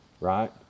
right